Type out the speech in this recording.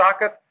socket